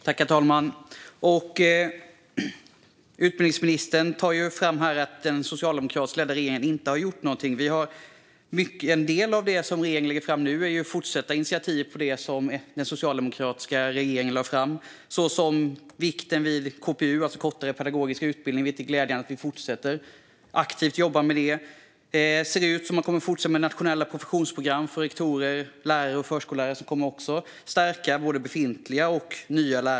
Herr talman! Utbildningsministern för fram att den socialdemokratiskt ledda regeringen inte har gjort något. En del av det som regeringen nu lägger fram är ju en fortsättning på de initiativ som den socialdemokratiska regeringen lade fram. Det gäller till exempel vikten av KPU, det vill säga kompletterande pedagogisk utbildning. Det är glädjande att vi fortsätter att jobba aktivt med det. Det ser ut som om man kommer att fortsätta med nationella professionsprogram för rektorer, lärare och förskollärare, vilket också kommer att stärka både befintliga och nya lärare.